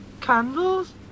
candles